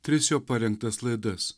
tris jo parengtas laidas